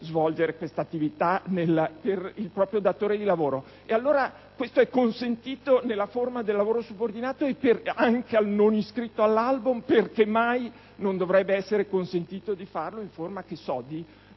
svolgere questa attività per il proprio datore di lavoro. Se questo è consentito nella forma del lavoro subordinato anche al non iscritto all'albo, perché mai non dovrebbe essere consentito di farlo in forma, che so, di